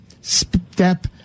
step